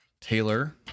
Taylor